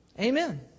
Amen